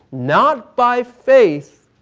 not by faith,